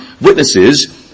witnesses